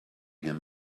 him